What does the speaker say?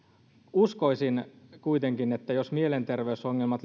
uskoisin kuitenkin että jos mielenterveysongelmat